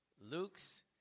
Luke's